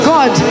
God